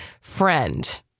friend